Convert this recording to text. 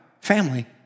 Family